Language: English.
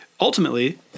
ultimately